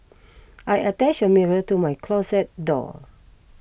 I attached a mirror to my closet door